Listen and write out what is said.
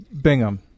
Bingham